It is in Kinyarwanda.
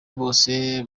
bose